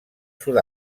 sud